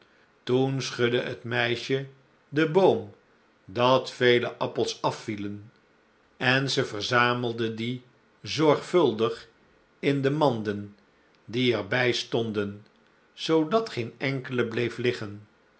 toen schudde het meisje den boom dat vele appels afvielen on ze verzamelde die zorgvuldig in de manden die er bij stonden zoodat geen enkele bleef liggen